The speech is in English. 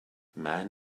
man